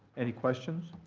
any questions?